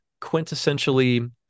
quintessentially